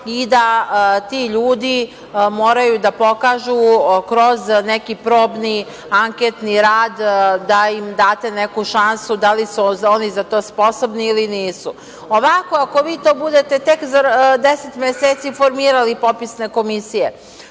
i da ti ljudi moraju da pokažu kroz neki probni anketni rad, da im date neku šansu da li su oni za to sposobni ili nisu. Ovako, ako vi budete tek za 10 meseci formirali popisne komisije,